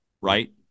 right